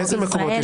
הציבורי-החוקתי,